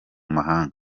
mahanga